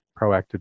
proactive